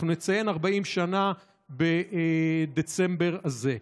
אנחנו נציין 40 שנה בדצמבר הזה.